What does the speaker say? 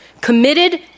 committed